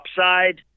upside